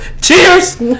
Cheers